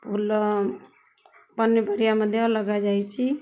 ଫୁଲ ପନିପରିବା ମଧ୍ୟ ଲଗାଯାଇଛି